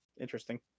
Interesting